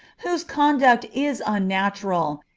whose conduct is unnatural,